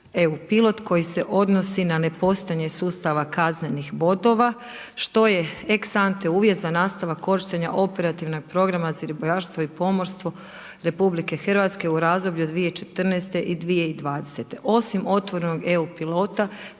EU pilot koji se odnosi na nepostojanje sustava kaznenih bodova, što je ex ante uvjet za nastavak korištenja operativnog programa za ribarstvo i pomorstvo RH u razdoblju 2014.-2020. Osim otvorenog EU pilota